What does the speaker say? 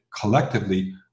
collectively